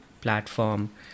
platform